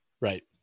right